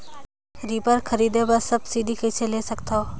Reaper खरीदे बर subsidy कइसे ले सकथव?